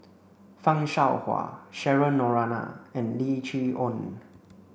Fan Shao Hua Cheryl Noronha and Lim Chee Onn